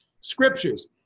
scriptures